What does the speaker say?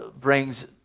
brings